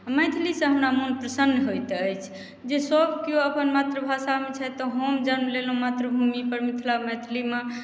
आ मैथिलीसँ हमरा मोन प्रसन्न होइत अछि जे सभ केओ अपन मातृभाषा मे छथि तऽ हम जन्म लेलहुॅं मातृभूमि पर मिथिला मैथिली मे